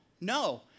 No